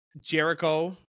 Jericho